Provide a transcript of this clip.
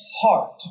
heart